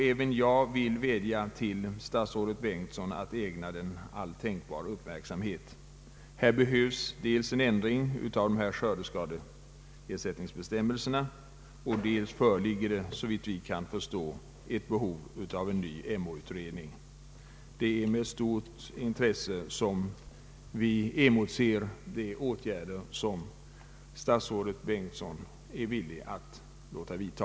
Även jag vill vädja till statsrådet Bengtsson att ägna den all tänkbar uppmärksamhet. Här behövs dels en ändring av skördeskadeersättningsbestämmelserna, dels, såvitt vi kan förstå, en ny Emåutredning. Det är med stort intresse vi emotser de åtgärder som statsrådet Bengtsson är villig att låta vidta.